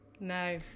no